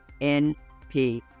NP